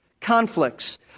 Conflicts